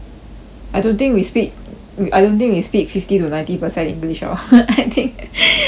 I don't think we speak I don't think we speak fifty to ninety percent english orh I think